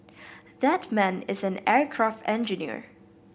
that man is an aircraft engineer